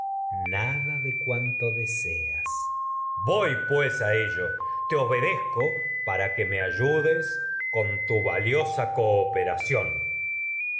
nada de cuanto deseas a ayax voy ayudes con pues ello te obedezco para que me tu valiosa cooperación